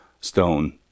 stone